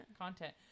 Content